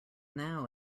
now